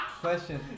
question